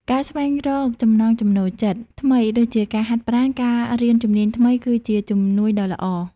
ការស្វែងរកចំណង់ចំណូលចិត្តថ្មី ដូចជាការហាត់ប្រាណ ការរៀនជំនាញថ្មីគឺជាជំនួយដ៏ល្អ។